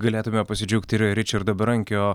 galėtume pasidžiaugti ir ričardo berankio